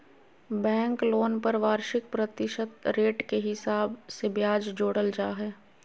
bank loan पर वार्षिक प्रतिशत रेट के हिसाब से ब्याज जोड़ल जा हय